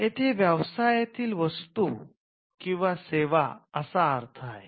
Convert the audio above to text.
येथे व्यवसायातील वस्तू किंवा सेवा असा अर्थ आहे